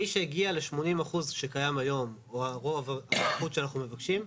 מי שהגיע ל-80% שקיים היום או הרוב שאנחנו מבקשים,